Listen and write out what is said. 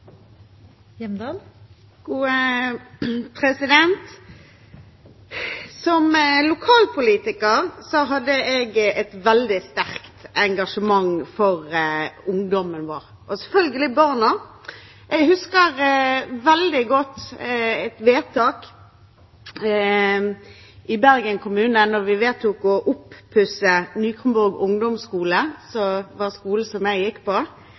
å lykkes. Som lokalpolitiker hadde jeg et veldig sterkt engasjement for ungdommen vår og selvfølgelig for barna. Jeg husker veldig godt et vedtak i Bergen kommune. Vi vedtok å pusse opp Ny-Krohnborg ungdomsskole – skolen jeg gikk på